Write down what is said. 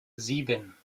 sieben